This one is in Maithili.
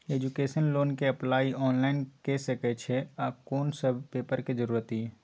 एजुकेशन लोन के अप्लाई ऑनलाइन के सके छिए आ कोन सब पेपर के जरूरत इ?